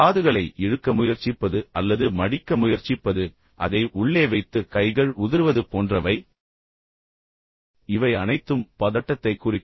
காதுகளை இழுக்க முயற்சிப்பது அல்லது மடிக்க முயற்சிப்பது அதை உள்ளே வைத்து பின்னர் கைகள் உதறுவது போன்றவை எனவே இவை அனைத்தும் பதட்டத்தைக் குறிக்கும்